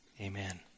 Amen